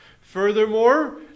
Furthermore